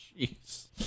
jeez